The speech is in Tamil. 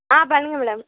ஆ பண்ணுங்கள் மேடம்